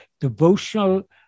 devotional